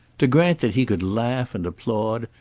to grant that he could laugh and applaud,